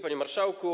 Panie Marszałku!